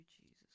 Jesus